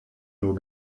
nur